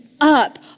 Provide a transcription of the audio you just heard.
up